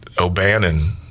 O'Bannon